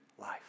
life